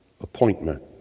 appointment